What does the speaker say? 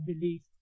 belief